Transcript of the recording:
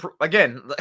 again